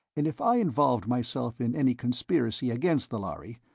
and if i involved myself in any conspiracy against the lhari,